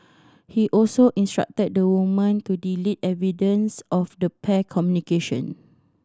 he also instructed the woman to delete evidence of the pair communication